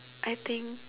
I think